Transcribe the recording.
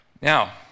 Now